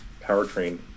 powertrain